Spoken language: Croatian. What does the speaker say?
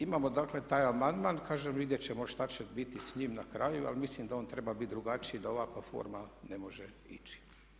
Imamo dakle taj amandman, kažem vidjet ćemo što će biti s njim na kraju ali mislim da on treba biti drugačiji i da ovakva forma ne može ići.